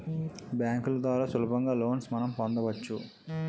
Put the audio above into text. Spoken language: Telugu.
బ్యాంకుల ద్వారా సులభంగా లోన్స్ మనం పొందవచ్చు